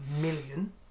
million